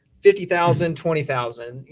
fifty thousand, twenty thousand,